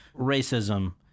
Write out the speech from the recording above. racism